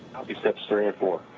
copy steps three and four.